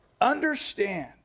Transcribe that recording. understand